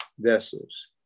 Vessels